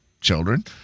children